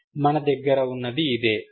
మన దగ్గర ఉన్నది ఇదే 1m2mn22mn 1m